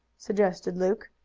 suggested luke.